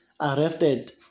arrested